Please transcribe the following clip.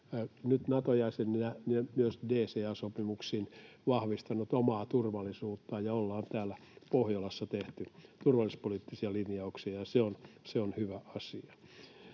nyt Nato-jäsenenä myös DCA-sopimuksin vahvistanut omaa turvallisuuttaan ja ollaan täällä Pohjolassa tehty turvallisuuspoliittisia linjauksia, ja se on hyvä asia.